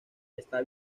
está